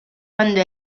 quando